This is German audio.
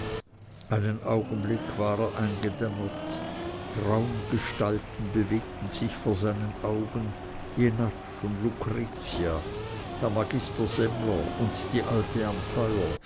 einen augenblick war er eingedämmert traumgestalten bewegten sich vor seinen augen jenatsch und lucretia herr magister semmler und die alte am feuer